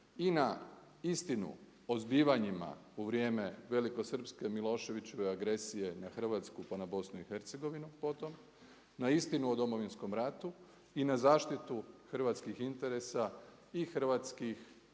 i na istinu o zbivanjima u vrijeme velikosrpske Miloševićeve agresije na Hrvatsku pa na BiH potom, na istinu o Domovinskom ratu i na zaštitu hrvatskih interesa i hrvatskih